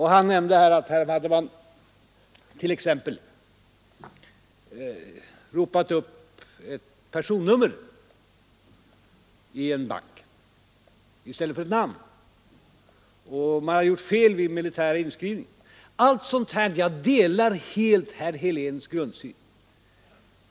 Han nämnde som exempel att man hade ropat upp ett personnummer i stället för ett namn i en bank och att man hade gjort fel vid militära inskrivningar. I fråga om allt sådant här delar jag herr Heléns grundsyn.